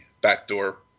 backdoor